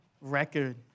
record